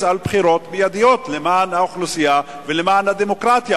על בחירות מיידיות למען האוכלוסייה ולמען הדמוקרטיה,